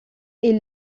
est